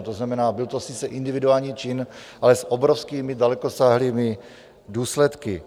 To znamená, byl to sice individuální čin, ale s obrovskými, dalekosáhlými důsledky.